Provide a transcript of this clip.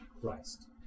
Christ